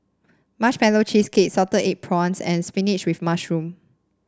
Marshmallow Cheesecake Salted Egg Prawns and spinach with mushroom